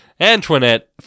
Antoinette